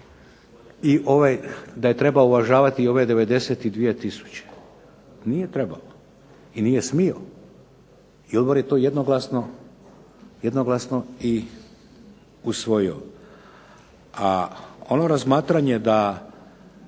uvažavao, da je trebao uvažavati ove 92 tisuće. Nije trebao, nije smio. I Odbor je to jednoglasno i usvojio. A ono razmatranje da